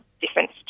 difference